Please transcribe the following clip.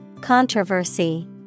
Controversy